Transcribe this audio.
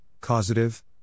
causative